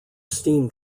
steam